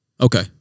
Okay